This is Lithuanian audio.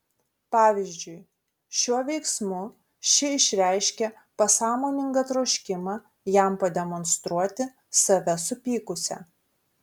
pavyzdžiui šiuo veiksmu ši išreiškė pasąmoningą troškimą jam pademonstruoti save supykusią